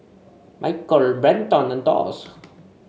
Michell Brenton and Doss